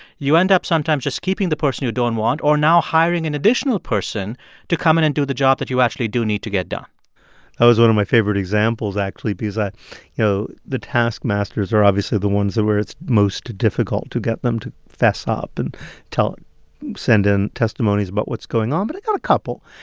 you end up sometimes just keeping the person you don't want or now hiring an additional person to come in and do the job that you actually do need to get done that was one of my favorite examples, actually, because i you know, the taskmasters are obviously the ones that where it's most difficult to get them to fess up and tell send in testimonies about but what's going on, but i got a couple.